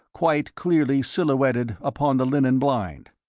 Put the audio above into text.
quite clearly silhouetted upon the linen blind.